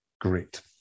Great